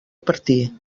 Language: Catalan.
partir